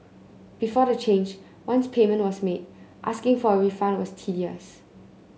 before the change once payment was made asking for a refund was tedious